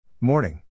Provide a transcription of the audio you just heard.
Morning